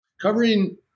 covering